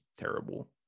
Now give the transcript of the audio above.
terrible